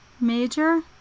major